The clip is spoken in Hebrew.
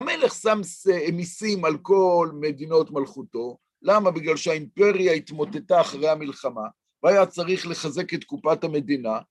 המלך שם מיסים על כל מדינות מלכותו, למה? בגלל שהאימפריה התמוטטה אחרי המלחמה, והיה צריך לחזק את קופת המדינה.